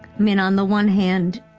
mean, on the one hand,